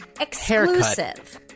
Exclusive